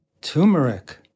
Turmeric